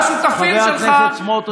והשותפים שלך, חבר הכנסת סמוטריץ', תודה.